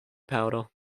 powder